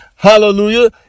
Hallelujah